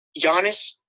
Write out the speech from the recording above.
Giannis